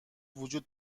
وجود